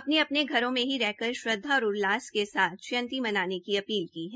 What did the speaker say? अपने अपने घरों में ही रहकर श्रद्वा और उल्लास के साथ मनाने की अपील की है